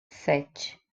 sete